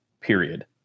period